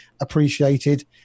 appreciated